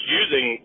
using